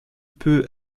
peut